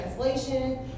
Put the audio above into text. translation